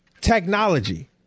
technology